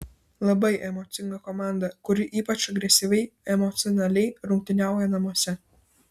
labai emocinga komanda kuri ypač agresyviai emocionaliai rungtyniauja namuose